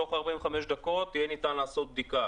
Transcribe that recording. תוך 45 דקות ניתן יהיה לערוך בדיקה.